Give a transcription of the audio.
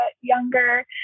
younger